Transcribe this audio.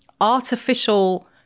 artificial